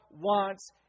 wants